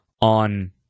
on